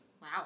Wow